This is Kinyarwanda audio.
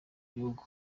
gihugu